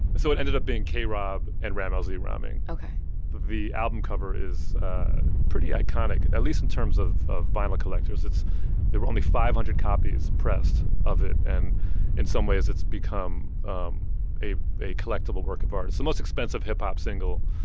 so it ended up being k-rob and rammellzee rhyming ok the album cover is pretty iconic, at least in terms of of vinyl collectors. there were only five hundred copies pressed of it. and in some ways it's become um a a collectible work of art. it's the most expensive hip-hop single.